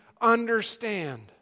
understand